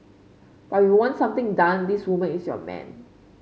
but you want something done this woman is your man